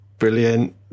brilliant